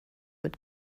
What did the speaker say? mit